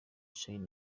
charly